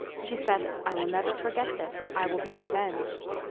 she said, i will never forget this i will be revenged.